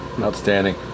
Outstanding